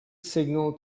signal